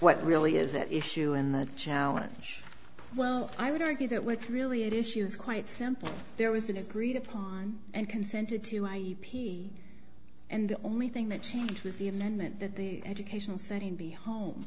what really is at issue in that challenge well i would argue that what's really at issue is quite simple there was an agreed upon and consented to my e p and the only thing that changed was the amendment that the educational setting be home